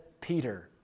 Peter